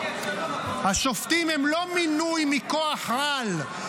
השופטים הם לא מינוי מכוח-על,